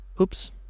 oops